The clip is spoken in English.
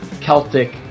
Celtic